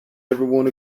everyone